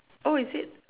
oh is it